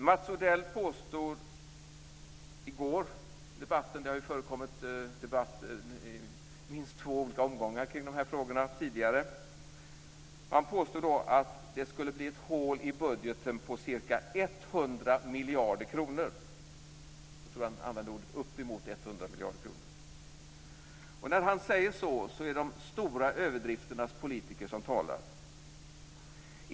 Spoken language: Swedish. Mats Odell påstod i går i debatten - det har förekommit debatt i minst två olika omgångar kring de här frågorna tidigare - att det skulle bli ett hål i budgeten på ca 100 miljarder kronor. Jag tror att han använde ordet "uppemot" 100 miljarder kronor. När han säger så är det de stora överdrifternas politiker som talar.